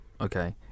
okay